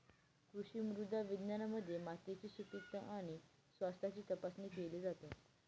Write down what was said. कृषी मृदा विज्ञानामध्ये मातीची सुपीकता आणि स्वास्थ्याची तपासणी केली जाते